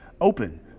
open